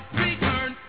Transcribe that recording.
return